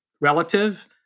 relative